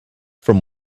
from